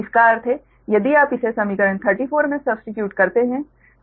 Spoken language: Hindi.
इसका अर्थ है यदि आप इसे समीकरण 34 में सब्स्टिट्यूट करते हैं